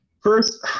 first –